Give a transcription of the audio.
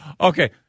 Okay